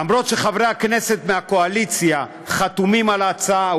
למרות העובדה שחברי כנסת מהקואליציה חתומים על ההצעה,